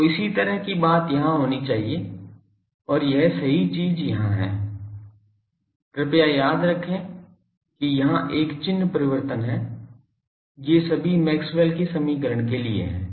तो इसी तरह की बात यहाँ होनी चाहिए और यह सही चीज़ यहाँ है कृपया याद रखें कि यहाँ एक चिन्ह परिवर्तन है ये सभी मैक्सवेल के समीकरण के लिए हैं